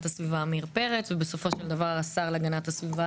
הסביבה עמיר פרץ ובסופו של דבר השר להגנת הסביבה